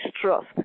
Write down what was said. trust